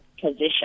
position